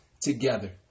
together